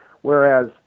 Whereas